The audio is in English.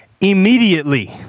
immediately